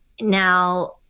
Now